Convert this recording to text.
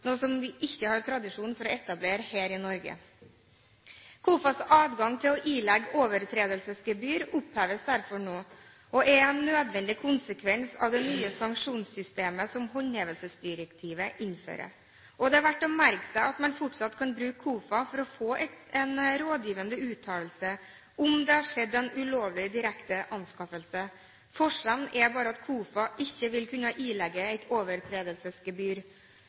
noe vi ikke har tradisjon for å etablere her i Norge. KOFAs adgang til å ilegge overtredelsesgebyr oppheves derfor nå og er en nødvendig konsekvens av det nye sanksjonssystemet som håndhevelsesdirektivet innfører. Det er verdt å merke seg at man fortsatt kan bruke KOFA for å få en rådgivende uttalelse om det har skjedd en ulovlig direkte anskaffelse. Forskjellen er bare at KOFA ikke vil kunne ilegge et overtredelsesgebyr.